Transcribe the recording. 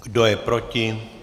Kdo je proti?